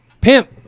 pimp